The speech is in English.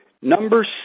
Number